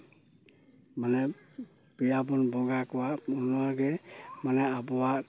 ᱢᱟᱱᱮ ᱯᱮᱭᱟ ᱵᱚᱱ ᱵᱚᱸᱜᱟ ᱠᱚᱣᱟ ᱚᱱᱟ ᱜᱮ ᱢᱟᱱᱮ ᱟᱵᱚᱣᱟᱜ